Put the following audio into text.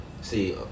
See